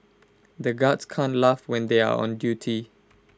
the guards can't laugh when they are on duty